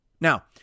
Now